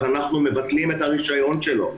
אז אנחנו מבטלים את הרישיון שלו.